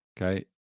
Okay